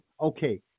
Okay